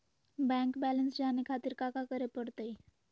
Bank balance जाने खातिर काका करे पड़तई?